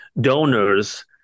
donors